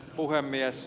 puhemies